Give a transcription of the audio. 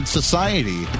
society